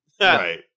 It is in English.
Right